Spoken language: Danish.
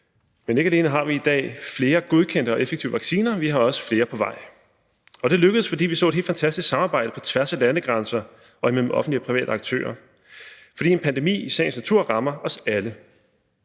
men ikke alene har vi i dag flere godkendte og effektive vacciner, men vi har også flere på vej. Og det er lykkedes, fordi vi så et helt fantastisk samarbejde på tværs af landegrænser og imellem offentlige og private aktører, fordi en pandemi i sagens natur rammer os alle,